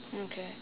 mm K